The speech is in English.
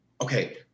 okay